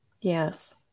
Yes